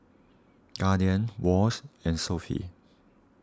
Guardian Wall's and Sofy